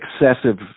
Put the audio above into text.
excessive